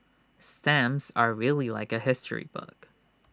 stamps are really like A history book